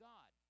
God